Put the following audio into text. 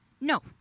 no